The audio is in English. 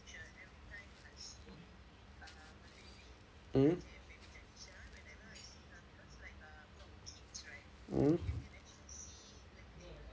mm mm